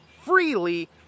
freely